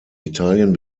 italien